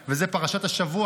וזו פרשת השבוע,